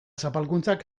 zapalkuntzak